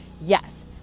yes